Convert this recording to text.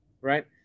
right